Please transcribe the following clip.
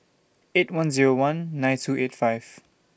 eight one Zero one nine two eight five